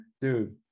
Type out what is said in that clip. dude